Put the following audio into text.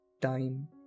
time